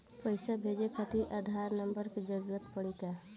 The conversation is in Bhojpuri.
पैसे भेजे खातिर आधार नंबर के जरूरत पड़ी का?